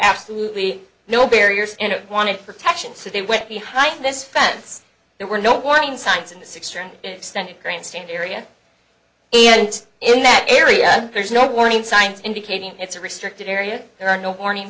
absolutely no barriers and wanted protection so they went behind this fence there were no warning signs in the sixth standard grandstand area and in that area there's no warning signs indicating it's a restricted area there are no warning